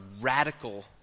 radical